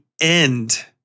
end